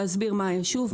להסביר מה היישוב,